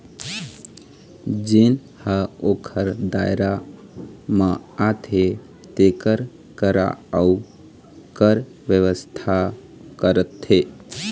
जेन ह ओखर दायरा म आथे तेखर करा अउ कर बेवस्था करथे